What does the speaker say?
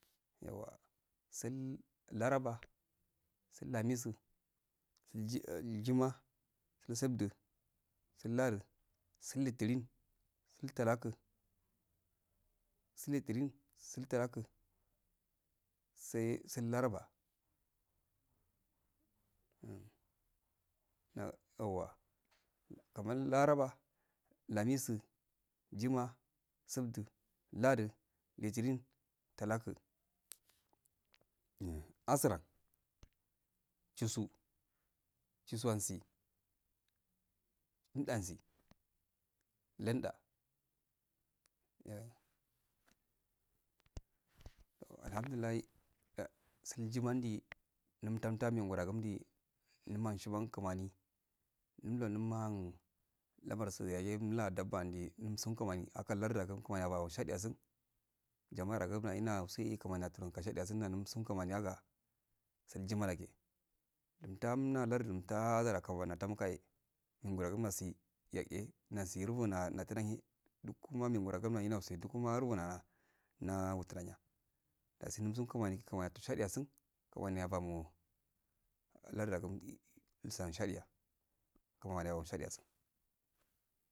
Yauwa sul laraba, sul lamisu, sul jima, sal subcu sul ladu sul litilin sul talaku sul litin sal talaku sai sul larbe ah na yawa kaman laraba amisu sima gubdu ladi litilin talaku un asran jisu jisuwanji ndasi lenda alhamdulillahi a sul jimendi num tam tam yinguran nindi numan shigan karmani inndo inmation lamarsu yagi umla dandi um kimani akal larda lardiyakum kimani yadaimo shdi ya sun kunani yaya sul jimawaleke lumta da lardymta hazuraka tamtahe ngurogu mosi ya'e nasi hurbuna atudahe duku ma mernora gamnase ndukama huduna na uturanya dasi um sun kamani kanana ado shadiyasun kumani ya bamo lardu agungi ul san shadiya kumeni yajaino shadiyasun.